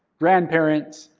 grandparents,